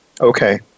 Okay